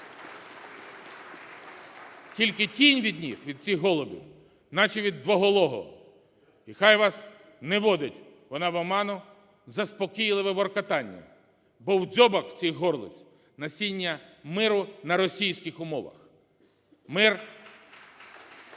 Тільки тінь від них, від цих голубів, наче від двоголового. І хай вас не вводить вона в оману заспокійливим воркотанням, бо у дзьобах цих горлиць насіння миру на російських умовах.